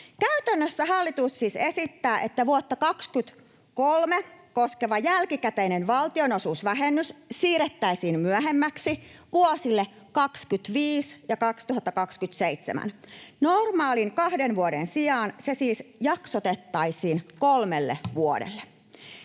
Käytännössä hallitus siis esittää, että vuotta 23 koskeva jälkikäteinen valtionosuusvähennys siirrettäisiin myöhemmäksi, vuosille 25—27. Normaalin kahden vuoden sijaan se siis jaksotettaisiin kolmelle vuodelle.